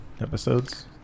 episodes